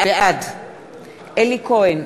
בעד אלי כהן,